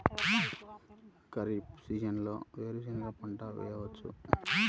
ఖరీఫ్ సీజన్లో వేరు శెనగ పంట వేయచ్చా?